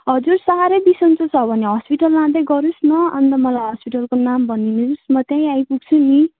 हजुर साह्रै बिसन्चो छ भने हस्पिटल लाँदै गरोस् न अन्त मलाई हस्पिटलको नाम भनिदिनोस् म त्यही आइपुग्छु नि